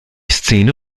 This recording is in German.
szene